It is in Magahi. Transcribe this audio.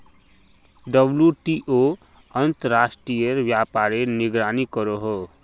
डब्लूटीओ अंतर्राश्त्रिये व्यापारेर निगरानी करोहो